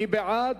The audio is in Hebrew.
מי בעד?